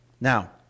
Now